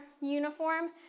uniform